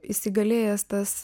įsigalėjęs tas